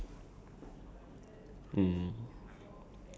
shop~ uh some more jobs career goals